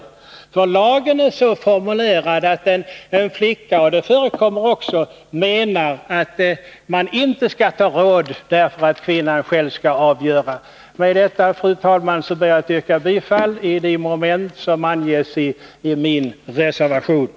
Lagen är nämligen så formulerad att en flicka kan anföra — och det förekommer också — att hon inte skall ta råd därför att kvinnan själv skall avgöra. Med detta, fru talman, ber jag att få yrka bifall till min reservation beträffande där ifrågavarande moment.